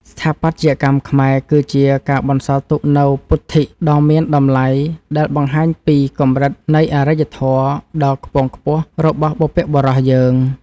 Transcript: ស្ថាបត្យកម្មខ្មែរគឺជាការបន្សល់ទុកនូវពុទ្ធិដ៏មានតម្លៃដែលបង្ហាញពីកម្រិតនៃអារ្យធម៌ដ៏ខ្ពង់ខ្ពស់របស់បុព្វបុរសយើង។